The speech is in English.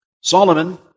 Solomon